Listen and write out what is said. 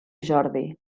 jordi